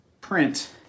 print